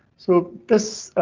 so this.